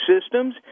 systems